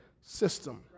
system